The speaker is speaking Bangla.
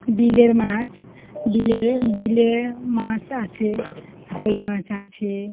বিলের মাছ বিলের বিলের মাছ আছে কই মাছ আছে